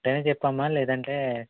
ఉంటేనే చెప్పమ్మ లేదంటే